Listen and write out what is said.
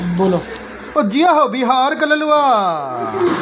कातना तरीके से ऋण चुका जा सेकला?